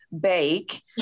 bake